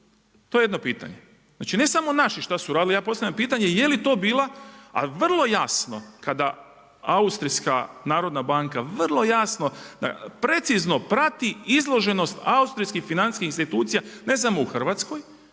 To je jedno pitanje. Znači ne samo naši što su radili, ja postavljam pitanje je li to bila a vrlo jasno kada Austrijska narodna banka vrlo jasno, precizno prati izloženost austrijskih financijskih institucija ne samo u Hrvatskoj